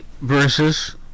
versus